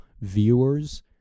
viewers